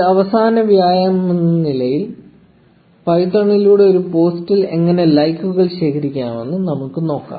ഒരു അവസാന വ്യായാമമെന്ന നിലയിൽ പൈത്തണിലൂടെ ഒരു പോസ്റ്റിൽ എങ്ങനെ ലൈക്കുകൾ ശേഖരിക്കാമെന്ന് നമുക്ക് നോക്കാം